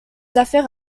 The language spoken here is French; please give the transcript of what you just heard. affaires